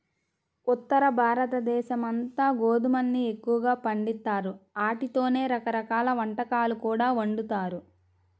ఉత్తరభారతదేశమంతా గోధుమల్ని ఎక్కువగా పండిత్తారు, ఆటితోనే రకరకాల వంటకాలు కూడా వండుతారు